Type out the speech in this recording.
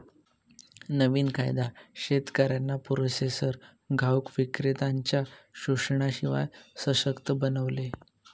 नवीन कायदा शेतकऱ्यांना प्रोसेसर घाऊक विक्रेत्त्यांनच्या शोषणाशिवाय सशक्त बनवेल